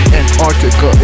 Antarctica